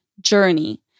journey